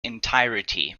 entirety